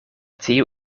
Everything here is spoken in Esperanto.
tiu